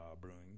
Brewing